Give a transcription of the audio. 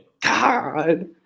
God